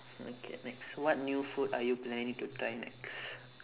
okay next what new food are you planning to try next